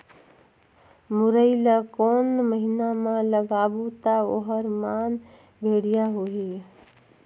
मुरई ला कोन महीना मा लगाबो ता ओहार मान बेडिया होही?